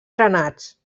drenats